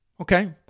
Okay